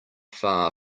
far